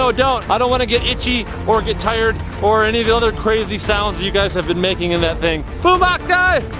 so don't. i don't want to get itchy or get tired or any of the crazy sounds you guys have been making in that thing. boombox guy!